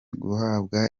guhabwa